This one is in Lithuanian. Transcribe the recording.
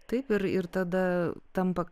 taip ir ir tada tampa